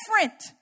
different